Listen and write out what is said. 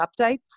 updates